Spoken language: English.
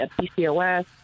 PCOS